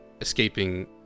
escaping